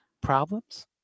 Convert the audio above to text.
Problems